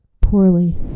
Poorly